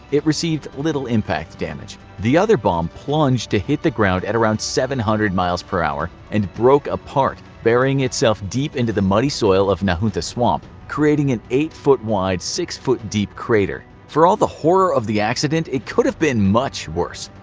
it received little impact damage. the other bomb plunged to hit the ground at around seven hundred mph and broke apart, burying itself deep into the muddy soil of nahunta swamp, creating an eight foot wide, six foot deep crater. for all the horror of the accident, it could have been much worse.